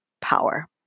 power